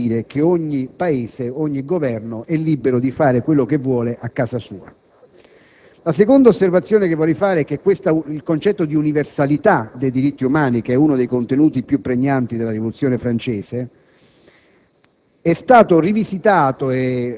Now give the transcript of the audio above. Governi italiani, che in sostanza vuol dire che ogni Paese, ogni Governo, è libero di fare ciò che vuole a casa sua. In secondo luogo, vorrei osservare che il concetto di universalità dei diritti umani, uno dei contenuti più pregnanti della Rivoluzione francese,